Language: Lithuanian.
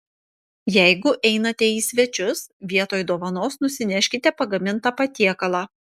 jeigu einate į svečius vietoj dovanos nusineškite pagamintą patiekalą